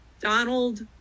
Donald